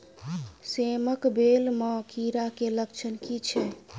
सेम कऽ बेल म कीड़ा केँ लक्षण की छै?